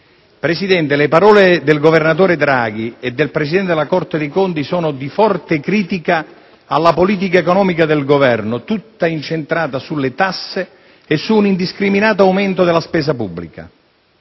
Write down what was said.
Presidente, le parole del governatore Draghi e del presidente della Corte dei conti sono di forte critica alla politica economica del Governo, tutta incentrata sulle tasse e su un indiscriminato aumento della spesa pubblica.